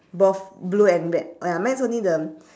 both blue and red oh ya mine is only the